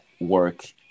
work